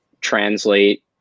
translate